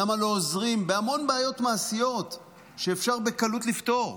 למה לא עוזרים בהמון בעיות מעשיות שאפשר בקלות לפתור?